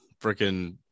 Freaking